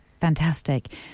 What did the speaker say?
Fantastic